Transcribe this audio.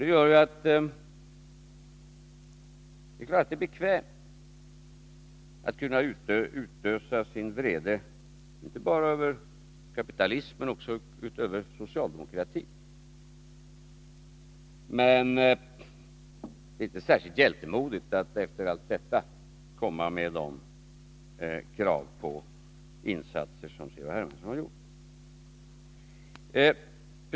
Det är klart att det är bekvämt att kunna ösa sin vrede inte bara över kapitalismen utan också över socialdemokratin. Men det är inte särskilt hjältemodigt att efter allt detta komma med de krav på insatser som C.-H. Hermansson har ställt.